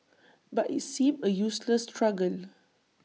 but IT seemed A useless struggle